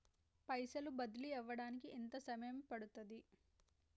పైసలు బదిలీ అవడానికి ఎంత సమయం పడుతది?